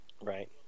Right